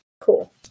Cool